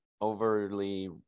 overly